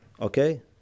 okay